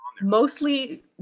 mostly